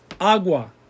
Agua